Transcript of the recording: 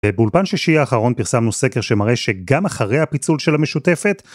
באולפן שישי האחרון פרסמנו סקר שמראה שגם אחרי הפיצול של המשותפת